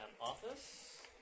office